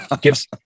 Gives